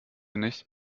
nicht